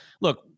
look